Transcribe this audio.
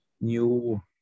new